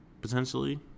potentially